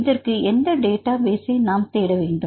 இதற்கு எந்த டேட்டா பேசை நாம் தேடவேண்டும்